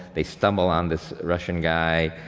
they stumble on this russian guy.